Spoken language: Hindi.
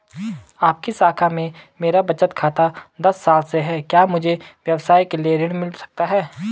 आपकी शाखा में मेरा बचत खाता दस साल से है क्या मुझे व्यवसाय के लिए ऋण मिल सकता है?